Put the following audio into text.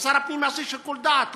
וששר הפנים יעשה שיקול דעת.